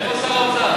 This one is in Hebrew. איפה שר האוצר?